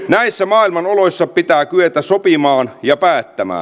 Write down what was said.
näissä maailman oloissa pitää kyetä sopimaan ja päättämään